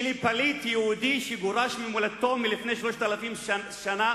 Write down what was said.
שלפליט יהודי שגורש ממולדתו לפני 3,000 שנה